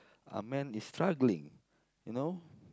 a man is struggling you know